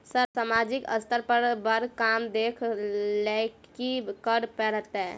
Sir सामाजिक स्तर पर बर काम देख लैलकी करऽ परतै?